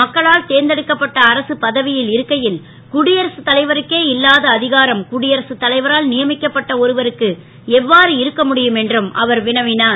மக்களால் தேர்ந்தெடுக்கப்பட்ட அரசு பதவி ல் இருக்கை ல் குடியரசு தலைவருக்கே இல்லாத அ காரம் குடியரசு தலைவரால் யமிக்கப்பட்ட ஒருவருக்கு எ வாறு இருக்க முடியும் என்றும் அவர் வினவினார்